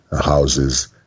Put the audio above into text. houses